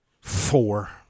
Four